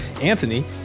Anthony